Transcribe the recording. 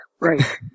Right